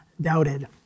doubted